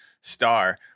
star